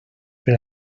per